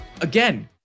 again